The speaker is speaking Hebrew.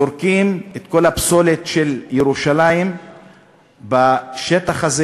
זורקות את כל הפסולת של ירושלים בשטח הזה